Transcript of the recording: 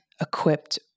equipped